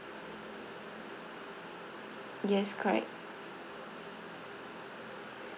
yes correct